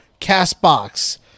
Castbox